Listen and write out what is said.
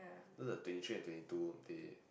so the twenty three and twenty two they